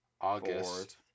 August